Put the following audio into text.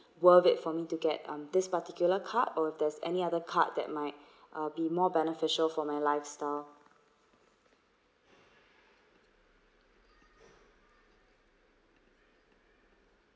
worth it for me to get um this particular card or there's any other card that might uh be more beneficial for my lifestyle